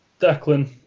Declan